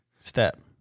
Step